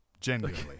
Genuinely